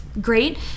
great